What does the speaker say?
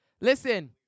Listen